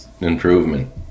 improvement